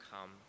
come